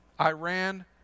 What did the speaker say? Iran